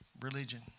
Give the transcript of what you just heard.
religion